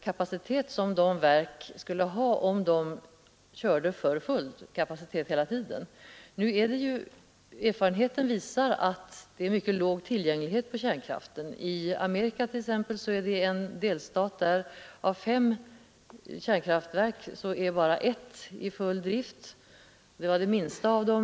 kapacitet som dessa verk skulle ha om de körde för fullt hela tiden. Erfarenheten visar att det är en mycket låg tillgänglighet på kärnkraften. I en delstat i USA har man fem kärnkraftverk. Bara ett är i full drift, och det är det minsta av dem.